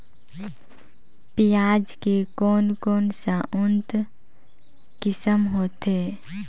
पियाज के कोन कोन सा उन्नत किसम होथे?